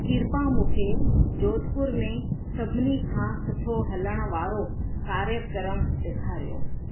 कृप्या मूंखे जोधपुर में सभिनि खां सुठो हलणु वारो कार्यक्रम ॾेखारियो